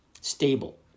Stable